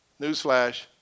Newsflash